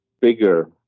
bigger